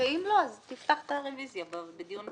אם לא, תפתח את הרביזיה בדיון.